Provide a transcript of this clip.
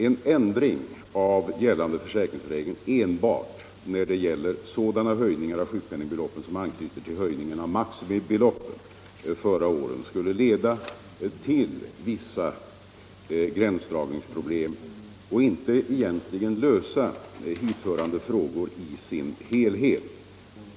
En ändring av gällande försäkringsregler enbart för sådana höjningar av sjukpenningbeloppen som anknyter till höjningen av maximibeloppen förra året skulle leda till vissa gränsdragningsproblem och egentligen inte lösa hithörande frågor i sin helhet.